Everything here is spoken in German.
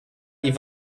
die